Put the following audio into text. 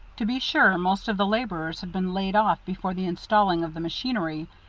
to be sure most of the laborers had been laid off before the installing of the machinery,